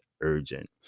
urgent